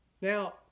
Now